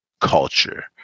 culture